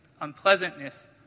unpleasantness